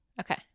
Okay